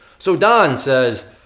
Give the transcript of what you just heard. so don says,